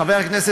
מחר?